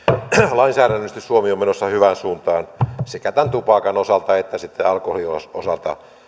lainsäädännöllisesti suomi on menossa hyvään suuntaan sekä tämän tupakan osalta että sitten alkoholin osalta